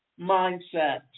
Mindset